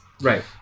right